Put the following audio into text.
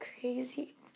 Crazy